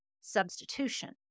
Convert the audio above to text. substitution